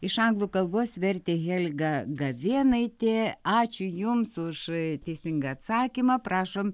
iš anglų kalbos vertė helga gavėnaitė ačiū jums už teisingą atsakymą prašom